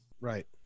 Right